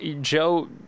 joe